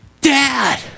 Dad